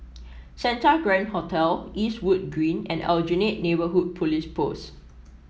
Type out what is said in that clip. Santa Grand Hotel Eastwood Green and Aljunied Neighbourhood Police Post